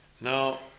Now